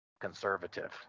conservative